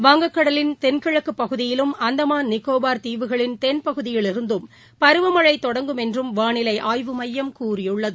வங்கக்கடலின் தென்கிழக்குப் பகுதியிலும் அந்தமான் நிகோபார் தீவுகளின் தென் பகுதியிலிருந்தும் பருவமழை தொடங்கும் என்றும் வானிலை ஆய்வு மையம் கூறியுள்ளது